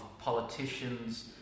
politicians